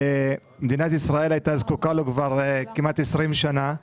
מדינת ישראל הייתה זקוקה לו כבר כמעט 20 שנה.